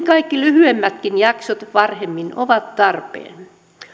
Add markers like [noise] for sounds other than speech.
[unintelligible] kaikki lyhyemmätkin jaksot varhemmin ovat tarpeen